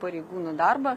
pareigūnų darbą